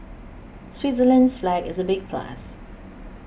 Switzerland's flag is a big plus